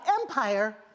empire